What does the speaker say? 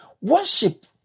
Worship